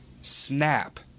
snap